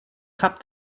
cap